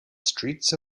streets